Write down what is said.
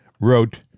wrote